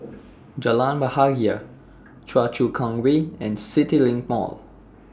Jalan Bahagia Choa Chu Kang Way and CityLink Mall